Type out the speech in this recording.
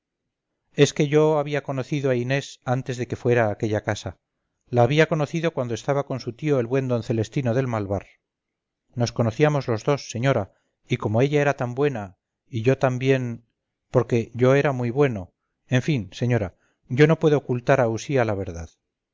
es que yo había conocido a inés antes de que fuera a aquella casa la había conocido cuando estaba con su tío el buen d celestino del malvar nos conocíamos los dos señora y como ella era tan buena y yo también porque yo era muy bueno en fin señora yo no puedo ocultar a usía la verdad